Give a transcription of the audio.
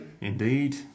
Indeed